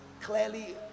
clearly